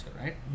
right